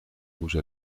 rouge